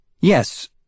Yes